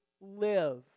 live